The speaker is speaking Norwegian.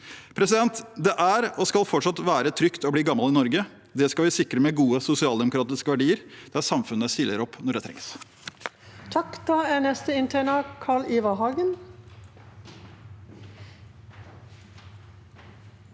til 2019. Det er, og skal fortsatt være, trygt å bli gammel i Norge. Det skal vi sikre med gode sosialdemokratiske verdier der samfunnet stiller opp når det trengs.